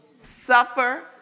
Suffer